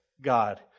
God